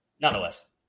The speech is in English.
nonetheless